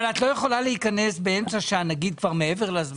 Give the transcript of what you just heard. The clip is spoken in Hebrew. את לא יכולה להיכנס באמצע שהנגיד כבר מעבר לזמן.